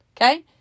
Okay